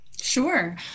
Sure